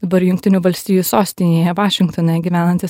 dabar jungtinių valstijų sostinėje vašingtone gyvenantis